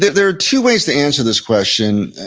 there are two ways to answer this question,